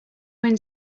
win